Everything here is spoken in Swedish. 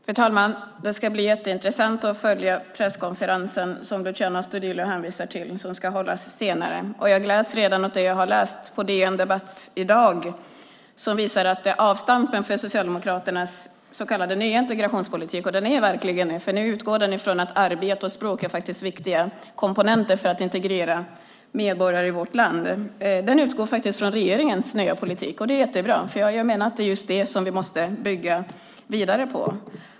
Fru talman! Det ska bli jätteintressant att följa den presskonferens som Luciano Astudillo hänvisar till och som ska hållas senare. Jag gläds redan åt det jag har läst på DN Debatt i dag som visar avstampet för Socialdemokraternas så kallade nya integrationspolitik. Och den är verkligen ny, för nu utgår den ifrån att arbete och språk är viktiga komponenter för att integrera medborgare i vårt land. Den utgår faktiskt från regeringens nya politik, och det är jättebra. Jag menar att det är just det som vi måste bygga vidare på.